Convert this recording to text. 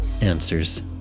answers